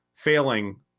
failing